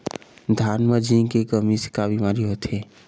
धान म जिंक के कमी से का बीमारी होथे?